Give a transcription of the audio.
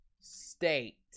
state